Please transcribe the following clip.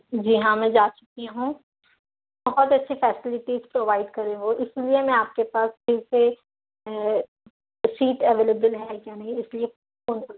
جی ہاں میں جا چکی ہوں بہت اچھی فیسلٹیز پرووائڈ کریں وہ اس لیے میں آپ کے پاس پھر سے سیٹ ایویلیبل ہیں یا نہیں اس لیے فون کی